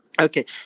okay